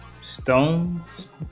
stones